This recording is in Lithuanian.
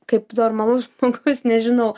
kaip normalus žmogus nežinau